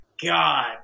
God